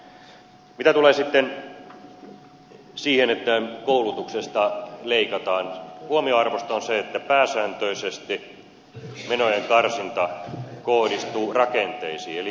mitä tulee sitten siihen että koulutuksesta leikataan huomionarvoista on se että pääsääntöisesti menojen karsinta kohdistuu rakenteisiin eli koulutuksen rakenteisiin